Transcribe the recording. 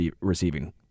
receiving